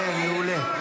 מעולה.